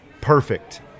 perfect